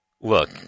Look